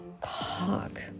cock